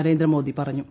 നരേന്ദ്രമോദി പറഞ്ഞു